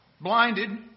blinded